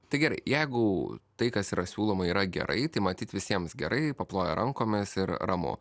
tai gerai jeigu tai kas yra siūloma yra gerai tai matyt visiems gerai paplojo rankomis ir ramu